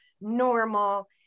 normal